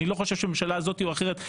אני לא חושב שהממשלה הזאת או אחרת,